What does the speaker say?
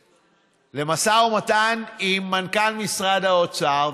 עם מנכ"ל משרד האוצר.